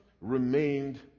remained